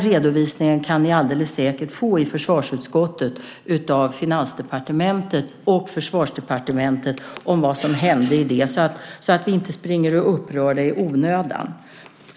Redovisningen av vad som hände med det kan ni i försvarsutskottet alldeles säkert få av Finansdepartementet och Försvarsdepartementet, så att ni inte springer och är upprörda i onödan.